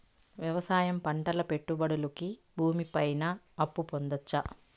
వ్యవసాయం పంటల పెట్టుబడులు కి భూమి పైన అప్పు పొందొచ్చా?